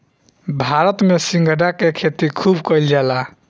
भारत में सिंघाड़ा के खेती खूब कईल जाला